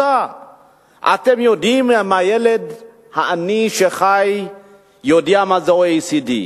פשוטה: אתם יודעים אם הילד העני שחי יודע מה זה OECD?